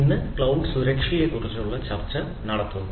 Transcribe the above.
ഇന്ന് ക്ലൌഡ് സുരക്ഷയെക്കുറിച്ചുള്ള ചർച്ച തുടരുന്നു